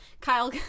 Kyle